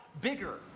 bigger